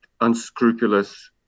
unscrupulous